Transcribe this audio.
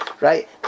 right